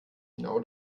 genau